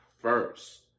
first